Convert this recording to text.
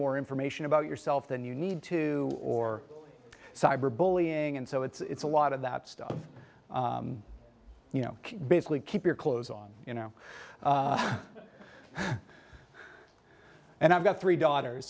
more information about yourself than you need to or cyber bullying and so it's a lot of that stuff you know basically keep your clothes on you know and i've got three daughters